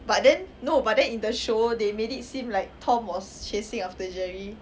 but then no but then in the show they made it seem like tom was chasing after jerry